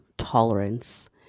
tolerance